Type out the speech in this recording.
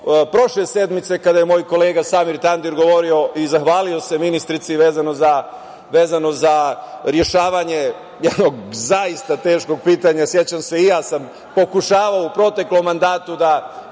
prošle sedmice, kada je moj kolega Samir Tandir govorio i zahvalio se ministrici vezano za rešavanje jednog zaista teškog pitanja. Sećam se, i ja sam pokušavao u proteklom mandatu da